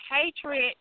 hatred